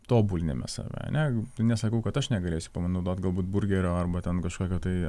tobuliname save ar ne nesakau kad aš negalėsiu panaudot galbūt burgerio arba ten kažkokio tai